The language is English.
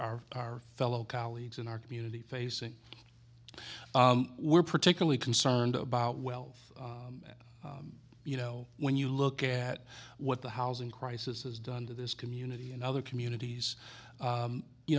are our fellow colleagues in our community facing we're particularly concerned about wealth that you know when you look at what the housing crisis has done to this community and other communities